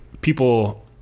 people